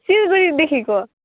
सिलगढीदेखिको